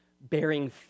bearing